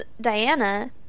Diana